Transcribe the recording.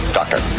doctor